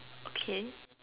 okay